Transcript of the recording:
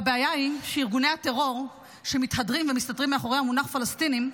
והבעיה היא שארגוני הטרור שמתהדרים ומסתתרים מאחורי המונח "פלסטינים",